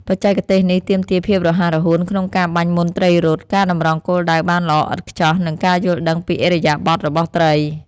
បច្ចេកទេសនេះទាមទារភាពរហ័សរហួន ក្នុងការបាញ់មុនត្រីរត់ ការតម្រង់គោលដៅបានល្អឥតខ្ចោះ និងការយល់ដឹងពីឥរិយាបថរបស់ត្រី។